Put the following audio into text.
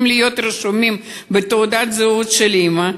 להיות רשומים בתעודת הזהות של האימא,